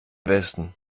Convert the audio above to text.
westen